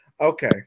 Okay